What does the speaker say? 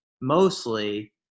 mostly